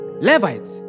Levites